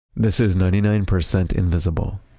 this is ninety nine percent invisible.